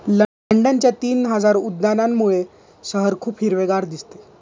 लंडनच्या तीन हजार उद्यानांमुळे शहर खूप हिरवेगार दिसते